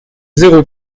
zéro